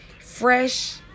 fresh